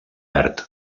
verd